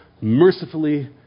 mercifully